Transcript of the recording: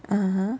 (uh huh)